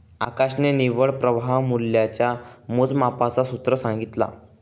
आकाशने निव्वळ प्रवाह मूल्याच्या मोजमापाच सूत्र सांगितला